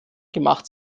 gemacht